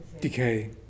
Decay